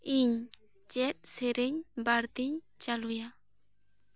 ᱤᱧ ᱪᱮᱫ ᱥᱮᱨᱮᱧ ᱵᱟᱹᱲᱛᱤᱧ ᱪᱟᱹᱞᱩᱭᱼᱟ